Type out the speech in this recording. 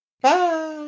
Bye